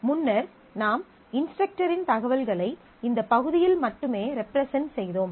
முன்னர் நாம் இன்ஸ்ட்ரக்டரின் தகவல்களை இந்த பகுதியில் மட்டுமே ரெப்ரசன்ட் செய்தோம்